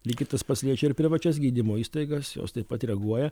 lygiai tas pats liečia ir privačias gydymo įstaigas jos taip pat reaguoja